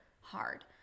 hard